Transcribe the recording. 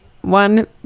One